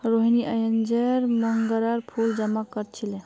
रोहिनी अयेज मोंगरार फूल जमा कर छीले